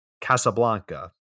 Casablanca